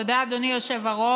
תודה, אדוני היושב-ראש.